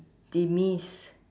demise